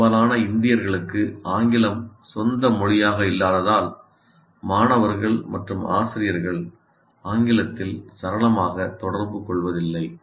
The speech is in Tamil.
பெரும்பாலான இந்தியர்களுக்கு ஆங்கிலம் சொந்த மொழியாக இல்லாததால் மாணவர்கள் மற்றும் ஆசிரியர்கள் ஆங்கிலத்தில் சரளமாக தொடர்புகொள்வதில்லை